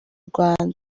rwanda